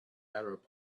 arab